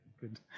Good